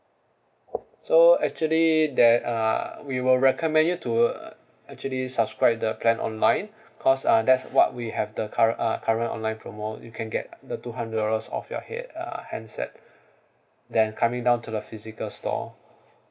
so actually that uh we will recommend you to uh actually subscribe the plan online because uh that's what we have the current uh current online promo you can get the two hundred dollars off your head uh handset than coming down to the physical stall